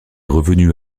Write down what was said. revenu